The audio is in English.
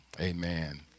Amen